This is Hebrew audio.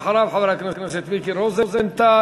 ואחריו, חבר הכנסת מיקי רוזנטל.